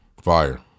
Fire